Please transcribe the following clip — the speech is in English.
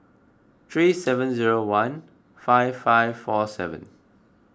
three seven zero one five five four seven